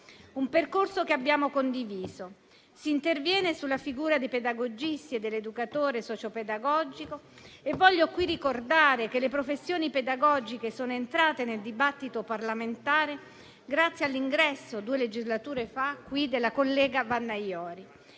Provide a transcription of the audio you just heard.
emendamenti, che abbiamo condiviso. Si interviene sulla figura dei pedagogisti e dell'educatore socio-pedagogico. Voglio qui ricordare che le professioni pedagogiche sono entrate nel dibattito parlamentare grazie all'ingresso qui due legislature fa della collega Vanna Iori.